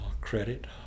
credit